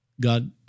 God